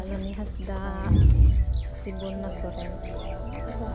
Saloni Hansda Sibarna Soren